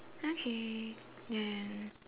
okay then